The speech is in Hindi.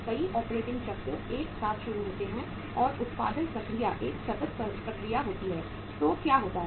कई ऑपरेटिंग चक्र एक साथ शुरू होते हैं और उत्पादन प्रक्रिया एक सतत प्रक्रिया होती है तो क्या होता है